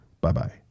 Bye-bye